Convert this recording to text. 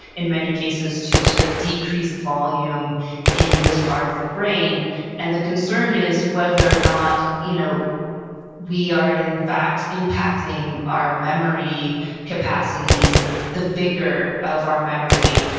in many cases, to sort of decreased volume in this part of the brain and the concern is whether or not you know we are, in fact, impacting our memory capacities, the the vigor of our memory,